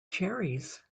cherries